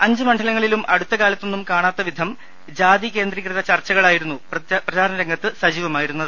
അഞ്ച് മണ്ഡലങ്ങളിലും അടുത്ത കാലത്തൊന്നും കാണാത്ത വിധം ജാതി കേന്ദ്രീകൃത ചർച്ചകളായിരുന്നു പ്രചാരണ രംഗത്ത് സജീവമായിരുന്നത്